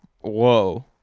whoa